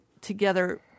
together